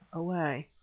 away.